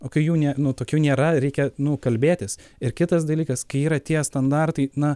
o kai jų ne nu tokių nėra reikia nu kalbėtis ir kitas dalykas kai yra tie standartai na